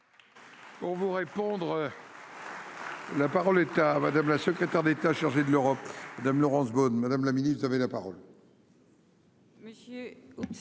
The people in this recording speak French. Pour vous répondre. La parole est à madame la secrétaire d'État chargé de l'Europe. Madame Laurence Boone, Madame la Ministre, vous avez la parole.